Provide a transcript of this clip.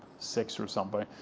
six or something.